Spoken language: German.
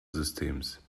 systems